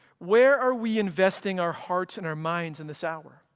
where are we investing our hearts and our minds in this hour?